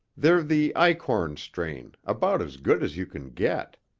they're the eichorn strain, about as good as you can get.